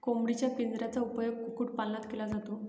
कोंबडीच्या पिंजऱ्याचा उपयोग कुक्कुटपालनात केला जातो